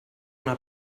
una